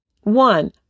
One